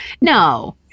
no